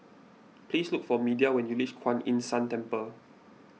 please look for Media when you reach Kuan Yin San Temple